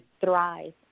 thrive